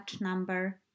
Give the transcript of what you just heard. number